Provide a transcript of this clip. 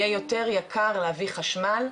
יהיה יותר יקר להביא חשמל,